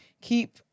Keep